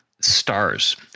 stars